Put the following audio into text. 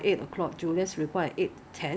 你只可以 drop off right you cannot go in right